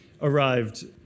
arrived